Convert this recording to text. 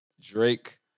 Drake